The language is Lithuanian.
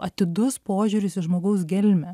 atidus požiūris į žmogaus gelmę